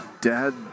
Dad